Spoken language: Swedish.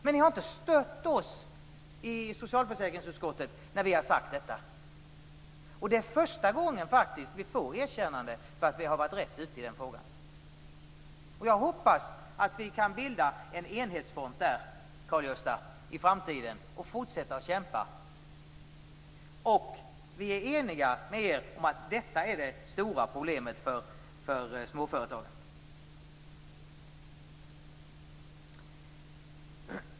Men ni har inte stött oss i socialförsäkringsutskottet när vi har sagt det. Detta är faktiskt den första gången som vi får ett erkännande för att vi har varit rätt ute i en fråga. Jag hoppas att vi på denna punkt kan bilda en enhetsfront i framtiden, Karl-Gösta Svenson, och fortsätta att kämpa. Vi är eniga med er om att detta är det stora problemet för småföretagarna.